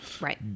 Right